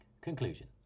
Conclusion